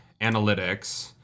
analytics